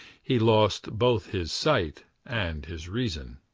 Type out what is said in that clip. he lost both his sight and his reason.